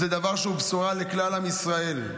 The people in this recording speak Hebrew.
זה דבר שהוא בשורה לכלל עם ישראל.